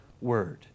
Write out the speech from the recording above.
Word